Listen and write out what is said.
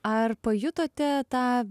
ar pajutote tą